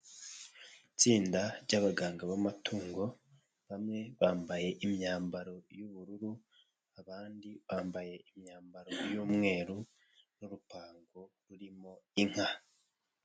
Itsinda ry'abaganga b'amatungo. Bamwe bambaye imyambaro y'ubururu, abandi bambaye imyambaro y'umweru n'urupango rurimo inka.